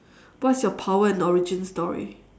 what's your power and origin story